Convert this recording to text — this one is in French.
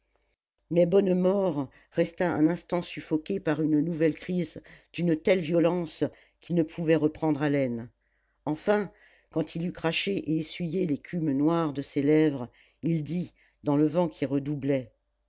mais bonnemort resta un instant suffoqué par une nouvelle crise d'une telle violence qu'il ne pouvait reprendre haleine enfin quand il eut craché et essuyé l'écume noire de ses lèvres il dit dans le vent qui redoublait